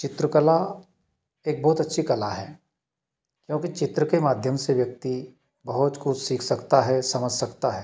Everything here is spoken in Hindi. चित्रकला एक बहुत अच्छी कला है क्योंकि चित्र के माध्यम से व्यक्ति बहुत कुछ सीख सकता है समझ सकता है